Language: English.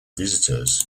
visitors